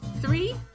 three